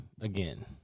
again